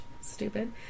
Stupid